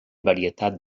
varietat